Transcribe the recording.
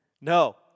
No